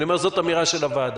אני אומר שזו אמירה של הוועדה.